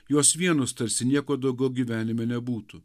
juos vienus tarsi nieko daugiau gyvenime nebūtų